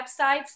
websites